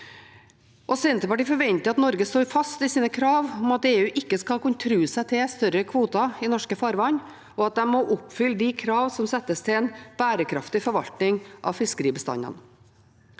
Senterpartiet forventer at Norge står fast ved sine krav om at EU ikke skal kunne true seg til større kvoter i norske farvann, og at de må oppfylle de krav som settes til en bærekraftig forvaltning av fiskeribestandene.